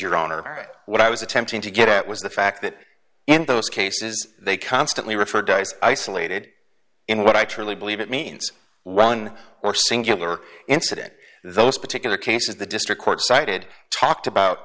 your honor what i was attempting to get at was the fact that in those cases they constantly referred to as isolated in what i truly believe it means one or singular incident those particular cases the district court cited talked about